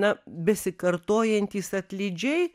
na besikartojantys atlydžiai